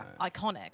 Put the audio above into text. iconic